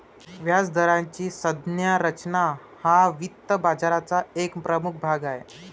व्याजदराची संज्ञा रचना हा वित्त बाजाराचा एक प्रमुख भाग आहे